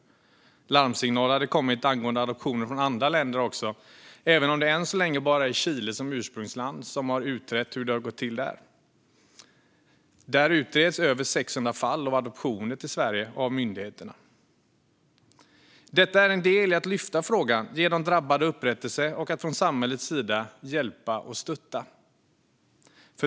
Larmsignaler har kommit angående adoptioner också från andra länder, även om det än så länge bara är Chile som ursprungsland som har utrett hur det har gått till. Där utreder myndigheterna över 600 fall av adoptioner till Sverige. Detta är en del i att lyfta upp frågan, ge de drabbade upprättelse och från samhällets sida ge hjälp och stöd.